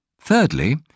thirdly